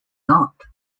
not